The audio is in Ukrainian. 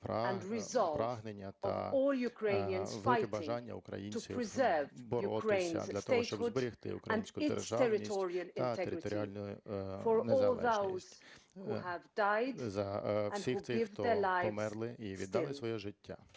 та велике бажання українців боротися для того, щоб зберегти українську державність та територіальну незалежність, за всіх тих, хто померли і віддали своє життя.